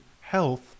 health